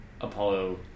Apollo